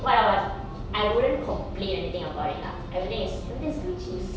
what I want I wouldn't complain anything about it lah everything is everything is gucci